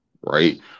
Right